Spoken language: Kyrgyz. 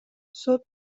сот